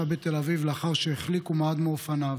בתל אביב לאחר שהחליק ומעד מאופניו.